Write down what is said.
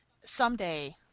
someday